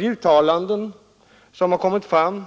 De uttalanden som kommit fram